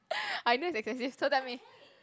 I know it's excessive so tell me